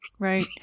Right